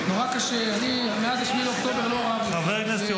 למה לא סגרתם משרדי ממשלה